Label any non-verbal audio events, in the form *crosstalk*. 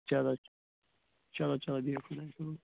چَلو *unintelligible* چَلو چَلو بِہِو خۄدایَس حوال